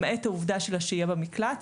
למעט העובדה של השהייה במקלט.